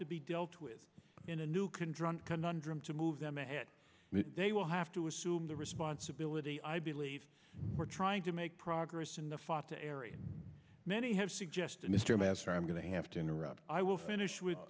to be dealt with in a new can drown conundrum to move them ahead they will have to assume the responsibility i believe we're trying to make progress in the fatah area many have suggested mr mansour i'm going to have to interrupt i will finish with